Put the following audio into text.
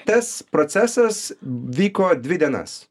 tas procesas vyko dvi dienas